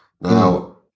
Now